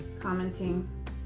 commenting